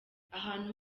ahantu